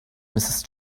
mrs